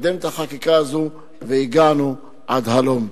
לקדם את החקיקה הזאת והגענו עד הלום.